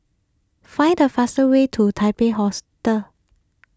find the fastest way to Taipei Hostel